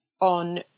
on